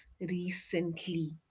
recently